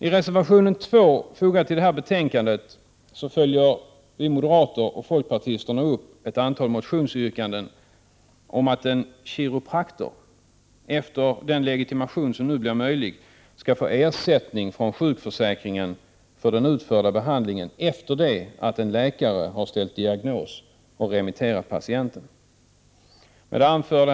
I reservation 2 följer vi moderater och folkpartisterna upp ett antal motionsyrkanden om att en kiropraktor — efter att ha erhållit den legitimation som nu blir möjlig — skall få ersättning från sjukförsäkringen för den utförda behandlingen, efter det att en läkare har ställt diagnos och remitterat patienten. Herr talman!